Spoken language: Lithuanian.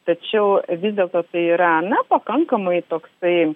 tačiau vis dėlto tai yra na pakankamai toksai